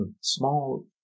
small